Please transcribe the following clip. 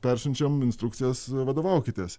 persiunčiam instrukcijas vadovaukitės